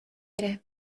ere